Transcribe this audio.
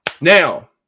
Now